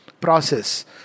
process